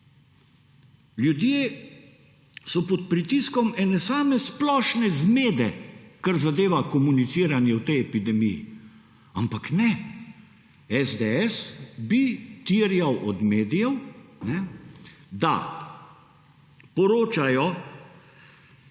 Ljudje so pod pritiskom ene same splošne zmede, kar zadeva komuniciranje v tej epidemiji. Ampak ne, SDS bi terjal od medijev, da poročajo,